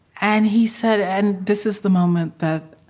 and he said and this is the moment that